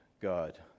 God